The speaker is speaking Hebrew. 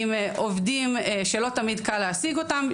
עם עובדים שלא תמיד קל להשיג אותם,